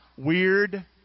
Weird